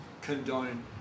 condone